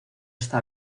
está